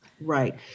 Right